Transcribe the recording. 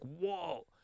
whoa